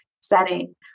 setting